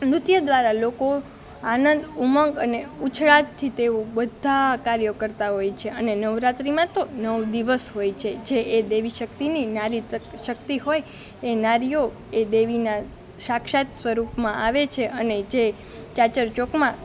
નૃત્ય દ્વારા લોકો આનંદ ઉમંગ અને ઉછળાટથી તેઓ બધા કર્યો કરતાં હોય છે અને નવરાત્રિમાં તો નવ દિવસ હોય છે જે એ દેવી શક્તિની નારી શક્તિ હોય એ નારીઓ એ દેવીનાં સાક્ષાત સ્વરૂપમાં આવે છે અને જે ચાચર ચોકમાં